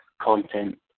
content